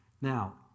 Now